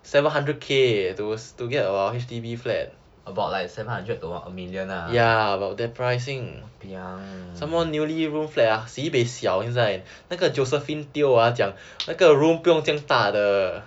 about like seven hundred to a million ah !wahpiang!